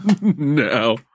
no